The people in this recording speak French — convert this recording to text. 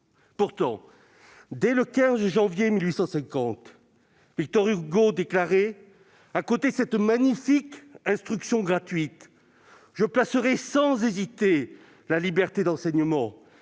Or, dès le 15 janvier 1850, Victor Hugo, déclarait :« À côté de cette magnifique instruction gratuite, [...], je placerais sans hésiter la liberté d'enseignement,